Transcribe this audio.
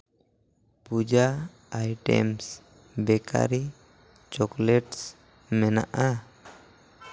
ᱯᱩᱡᱟ items bakery chocolates ᱢᱮᱱᱟᱜᱼᱟ